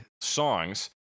songs